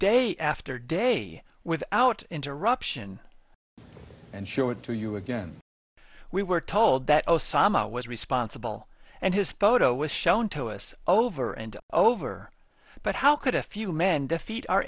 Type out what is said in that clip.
day after day without interruption and show it to you again we were told that osama was responsible and his photo was shown to us over and over but how could a few men defeat our